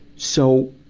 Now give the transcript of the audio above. so,